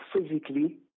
physically